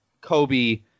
Kobe